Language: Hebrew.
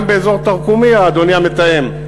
גם באזור תרקומיא, אדוני המתאם,